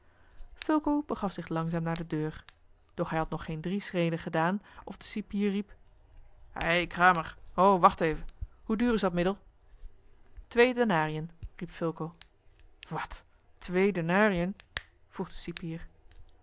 fulco begaf zich langzaam naar de deur doch hij had nog geen drie schreden gedaan of de cipier riep het kramer ho wacht even hoe duur is dat middel twee denariën riep fulco wat twee denariën vroeg de cipier